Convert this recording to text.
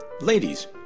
Ladies